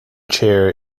chair